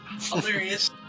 Hilarious